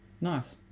nice